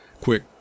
quick